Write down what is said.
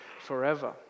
forever